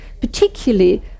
particularly